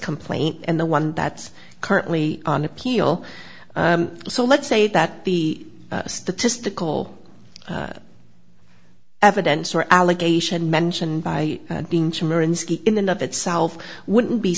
complaint and the one that's currently on appeal so let's say that the statistical evidence or allegation mentioned by being in and of itself wouldn't be